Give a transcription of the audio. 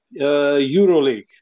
Euroleague